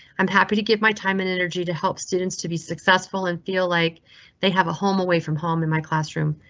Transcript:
i'm happy to give my time and energy to help students to be successful and feel like they have a home away from home in my classroom.